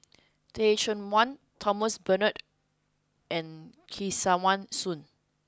Teh Cheang Wan Thomas Braddell and Kesavan Soon